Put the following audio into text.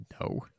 No